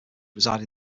reside